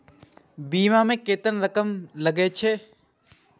बीमा में केतना रकम लगे छै?